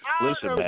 listen